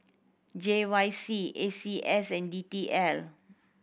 J Y C A C S and D T L